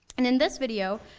and, in this video,